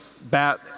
Bat